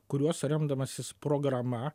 kuriuos remdamasis programa